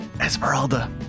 Esmeralda